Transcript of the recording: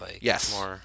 Yes